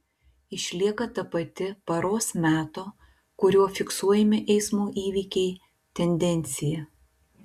išlieka ta pati paros meto kuriuo fiksuojami eismo įvykiai tendencija